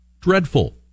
dreadful